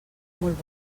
molt